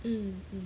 mm mm